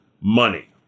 money